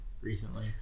recently